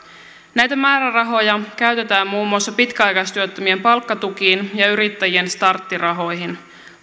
näitä määrärahoja käytetään muun muassa pitkäaikaistyöttömien palkkatukiin ja yrittäjien starttirahoihin